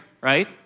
right